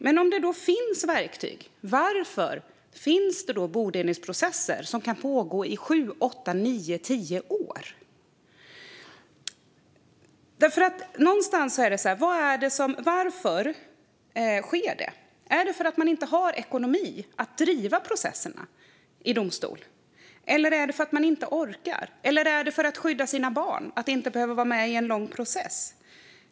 Men om det nu finns verktyg, varför finns det då bodelningsprocesser som pågår i sju, åtta, nio eller tio år? Varför sker detta? Är det för att man inte har ekonomi att driva processerna i domstol? Är det för att man inte orkar? Är det för att man vill skydda sina barn så att de inte ska behöva vara med i en lång process?